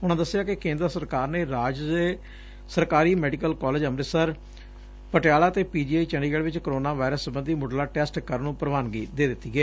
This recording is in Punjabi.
ਉਹਨਾਂ ਦੱਸਿਆ ਕਿ ਕੇਂਦਰ ਸਰਕਾਰ ਨੇ ਪੰਜਾਬ ਰਾਜ ਦੇ ਸਰਕਾਰੀ ਮੈਡੀਕਲ ਕਾਲਜ ਅੰਮਿਤਸਰ ਪਟਿਆਲਾ ਅਤੇ ਪੀਜੀਆਈ ਚੰਡੀਗੜ੍ ਵਿੱਚ ਕਰੋਨਾ ਵਾਈਰਸ ਸਬੰਧੀ ਮੁੱਢਲਾ ਟੈਸਟ ਕਰਨ ਨੂੰ ਪ੍ਰਵਾਨਗੀ ਦੇ ਦਿੱਤੀ ਹੈ